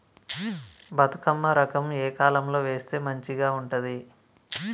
బతుకమ్మ రకం ఏ కాలం లో వేస్తే మంచిగా ఉంటది?